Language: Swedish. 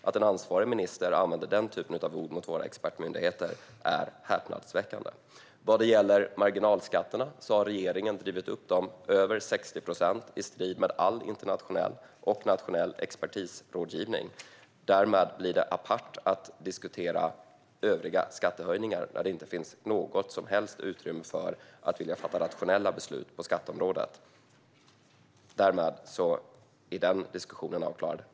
Att en ansvarig minister använder den typen av ord mot våra expertmyndigheter är häpnadsväckande. Marginalskatterna har regeringen drivit upp över 60 procent i strid med all internationell och nationell expertisrådgivning. Det blir apart att diskutera övriga skattehöjningar när det inte finns något som helst utrymme för att vilja fatta rationella beslut på skatteområdet. Därmed är den diskussionen avklarad.